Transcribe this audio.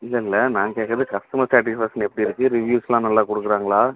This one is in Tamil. இல்லை இல்லை நான் கேட்கறது கஸ்டமர் சேட்டிஸ்ஃபேக்ஷன் எப்படி இருக்குது ரிவ்யூஸ்லாம் நல்லா கொடுக்குறாங்களா